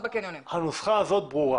הנוסחה הזאת ברורה